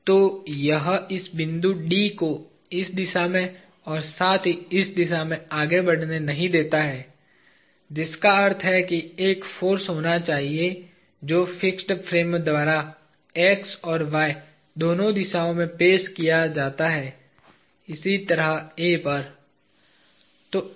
तो यह इस बिंदु D को इस दिशा में और साथ ही इस दिशा में आगे बढ़ने नहीं देता है जिसका अर्थ है कि एक फाॅर्स होना चाहिए जो फिक्स फ्रेम द्वारा x और y दोनों दिशाओं में पेश किया जाता है इसी तरह A पर